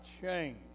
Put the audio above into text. change